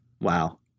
wow